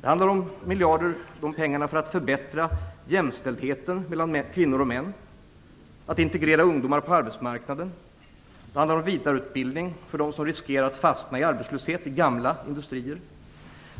Det handlar om miljarder för att förbättra jämställdheten mellan kvinnor och män, att integrera ungdomar på arbetsmarknaden, om vidareutbildning för dem som riskerar att fastna i arbetslöshet i gamla industrier,